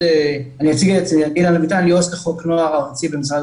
עובד סוציאלי לחוק נוער ארצי במשרד